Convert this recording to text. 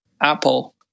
Apple